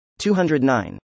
209